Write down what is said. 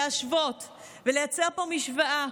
להשוות ולייצר פה משוואה,